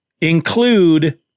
include